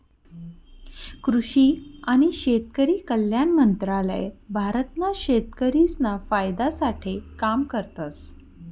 कृषि आणि शेतकरी कल्याण मंत्रालय भारत ना शेतकरिसना फायदा साठे काम करतस